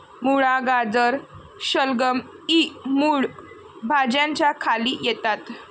मुळा, गाजर, शलगम इ मूळ भाज्यांच्या खाली येतात